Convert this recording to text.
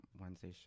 wednesday